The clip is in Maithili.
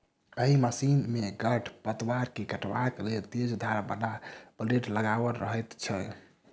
एहि मशीन मे खढ़ पतवार के काटबाक लेल तेज धार बला ब्लेड लगाओल रहैत छै